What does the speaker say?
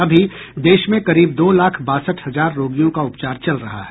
अभी देश में करीब दो लाख बासठ हजार रोगियों का उपचार चल रहा है